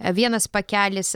vienas pakelis